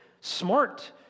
smart